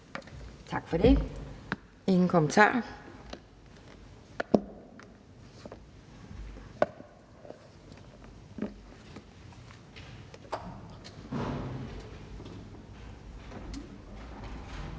Tak for det, der er ingen kommentarer.